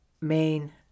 main